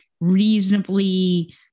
reasonably